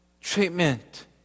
treatment